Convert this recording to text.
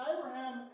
Abraham